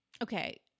Okay